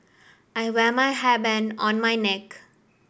I wear my hairband on my neck